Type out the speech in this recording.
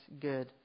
good